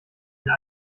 mir